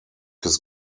his